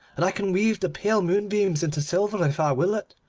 and i can weave the pale moonbeams into silver if i will it.